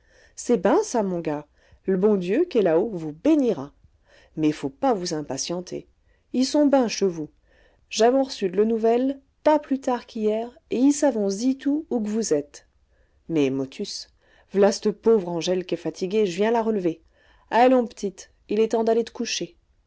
c'est ben ça mon gars l'bon dieu qu'est là-haut vous bénira mais faut pas vous impatienter y sont ben cheux vous j'avons reçu d'leux nouvelles pas plus tard qu'hier et y savons itou ous qu'vous êtes mais motus v'là c'te pauvre angèle qu'est fatiguée j'viens la r'lever allons p'tite il est temps d'aller t'coucher